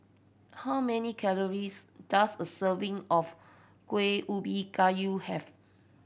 how many calories does a serving of Kuih Ubi Kayu have